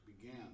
began